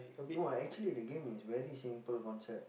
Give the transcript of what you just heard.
no ah actually the game is very simple concept